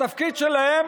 התפקיד שלהם,